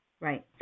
Right